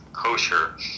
Kosher